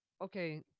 okay